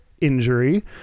injury